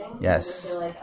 Yes